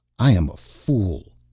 i am a fool,